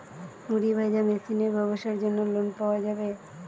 মুড়ি ভাজা মেশিনের ব্যাবসার জন্য লোন পাওয়া যাবে?